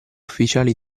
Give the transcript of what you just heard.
ufficiali